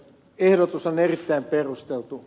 ehdotus on erittäin perusteltu